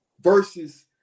versus